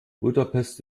budapest